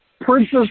Princess